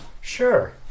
Sure